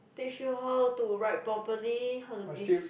teach you how to write properly how to this